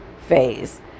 phase